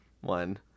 one